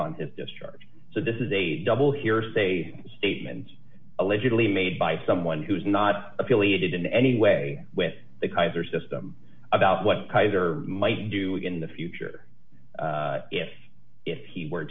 upon his discharge so this is a double hearsay statement allegedly made by someone who is not affiliated in any way with the kaiser system about what kaiser might do in the future if if he were